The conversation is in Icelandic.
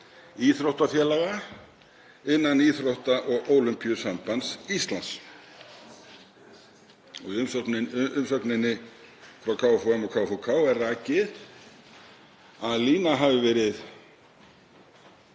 íþróttafélaga innan Íþrótta- og Ólympíusambands Íslands. Í umsögninni frá KFUM og KFUK er rakið að lína hafi verið